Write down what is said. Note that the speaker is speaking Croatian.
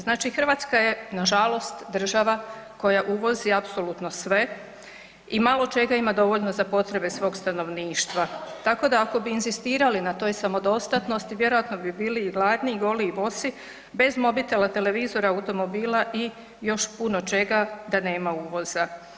Znači Hrvatska je nažalost država koja uvozi apsolutno sve i malo čega ima dovoljno za potrebe svog stanovništva tako ako bi inzistirali na toj samodostatnosti, vjerojatno bi bili i gladni i goli i bosi, bez mobitela, televizora, automobila i još puno čega da nema uvoza.